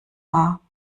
war